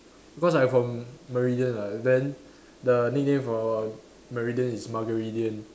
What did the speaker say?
because I'm from Meridian [what] then the nickname for Meridian is muggeridian